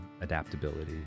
adaptability